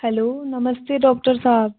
hello नमस्ते doctor साहब